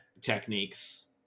techniques